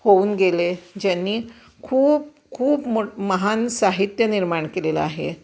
होऊन गेले ज्यांनी खूप खूप मोठं महान साहित्य निर्माण केलेलं आहे